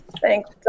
Thanks